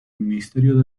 ministerio